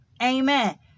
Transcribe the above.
Amen